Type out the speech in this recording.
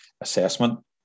assessment